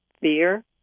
fear